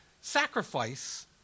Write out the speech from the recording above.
sacrifice